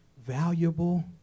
valuable